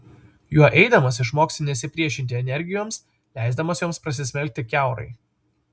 juo eidamas išmoksi nesipriešinti energijoms leisdamas joms prasismelkti kiaurai